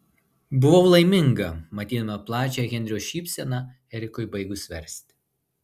buvau laiminga matydama plačią henrio šypseną erikui baigus versti